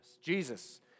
Jesus